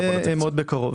זה יהיה מאוד בקרוב.